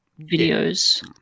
videos